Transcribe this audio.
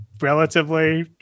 relatively